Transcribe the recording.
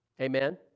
Amen